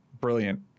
brilliant